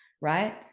right